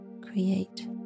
create